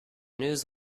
news